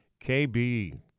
KB